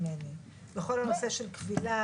תמימי דעים שאי אפשר להאריך את הוראת השעה לשלוש שנים.